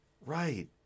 Right